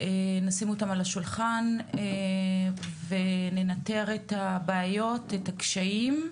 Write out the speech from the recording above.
נשים אותם על השולחן וננטר את הבעיות, את הקשיים.